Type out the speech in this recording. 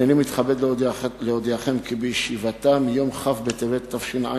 הנני מתכבד להודיעכם כי בישיבתה ביום כ' בטבת התש"ע,